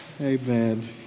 Amen